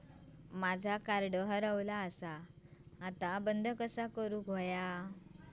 माझा कार्ड हरवला आता बंद कसा करू?